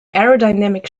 aerodynamic